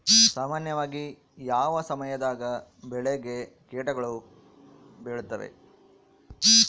ಸಾಮಾನ್ಯವಾಗಿ ಯಾವ ಸಮಯದಾಗ ಬೆಳೆಗೆ ಕೇಟಗಳು ಬೇಳುತ್ತವೆ?